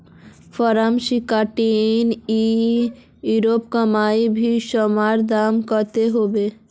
Form sixteen ई व्यापारोत कोई भी सामानेर दाम कतेक होबे?